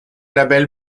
label